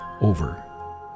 over